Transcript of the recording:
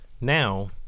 Now